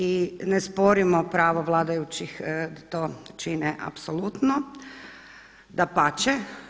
I ne sporimo pravo vladajućih da to čine, apsolutno, dapače.